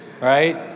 right